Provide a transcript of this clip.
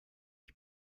ich